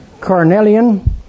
carnelian